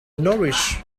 nourish